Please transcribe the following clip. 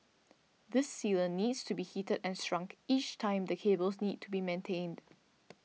this sealant needs to be heated and shrunk each time the cables need to be maintained